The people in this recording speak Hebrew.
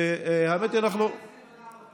סגן שר הבריאות